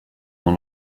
dans